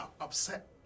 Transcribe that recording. upset